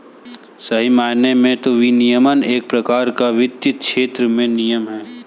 सही मायने में तो विनियमन एक प्रकार का वित्तीय क्षेत्र में नियम है